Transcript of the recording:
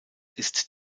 ist